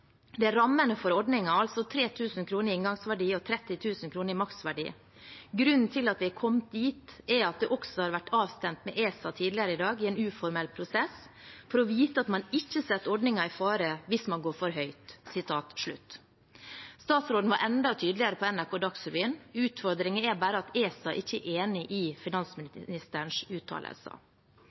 er rammene for ordningen: altså 3 000 kr i inngangsverdi og 30 000 kr i maksverdi. Grunnen til at vi er kommet dit, er at det også har vært avstemt med ESA tidligere i dag i en uformell prosess, for å vite at man ikke setter ordningen i fare hvis man går for høyt.» Statsråden var enda tydeligere på NRK Dagsrevyen. Utfordringen er bare at ESA ikke er enig i finansministerens uttalelser.